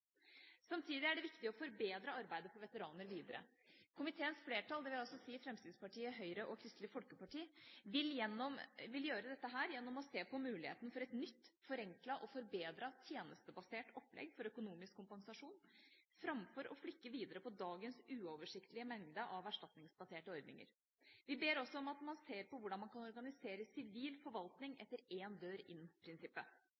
Samtidig er det viktig å forbedre arbeidet for veteraner videre. Komiteens flertall, dvs. Fremskrittspartiet, Høyre og Kristelig Folkeparti, vil gjøre dette gjennom å se på muligheten for et nytt, forenklet og forbedret tjenestebasert opplegg for økonomisk kompensasjon, framfor å flikke videre på dagens uoversiktlige mengde av erstatningsbaserte ordninger. Vi ber også om at man ser på hvordan man kan organisere sivil forvaltning